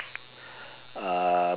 uh